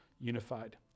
unified